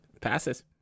Passes